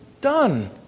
done